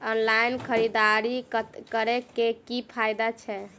Online खरीददारी करै केँ की फायदा छै?